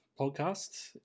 podcast